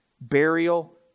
burial